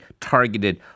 targeted